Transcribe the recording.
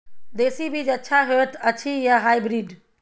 देसी बीज अच्छा होयत अछि या हाइब्रिड?